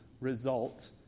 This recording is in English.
result